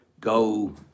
go